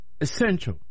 essential